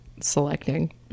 selecting